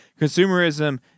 consumerism